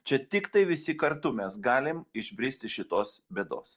čia tiktai visi kartu mes galim išbrist iš šitos bėdos